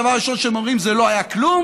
הדבר הראשון שהם אומרים זה "לא היה כלום",